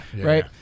right